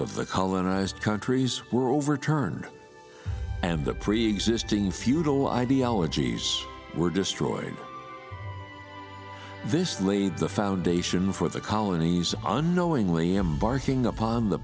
the colonized countries were overturned and the preexisting feudal ideologies were destroyed this laid the foundation for the colonies unknowingly embarking upon the